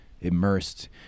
immersed